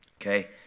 Okay